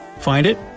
found it?